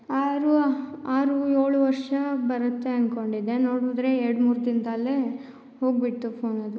ಆರು ಆರು ಏಳು ವರ್ಷ ಬರುತ್ತೆ ಅನ್ಕೊಂಡಿದ್ದೆ ನೋಡಿದ್ರೆ ಎರಡು ಮೂರು ದಿನದಲ್ಲೇ ಹೋಗಿಬಿಡ್ತು ಫೋನ್ ಅದು